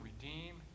redeem